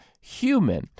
human